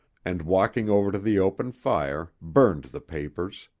and walking over to the open fire, burned the papers.